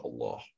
Allah